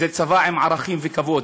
זה צבא עם ערכים וכבוד.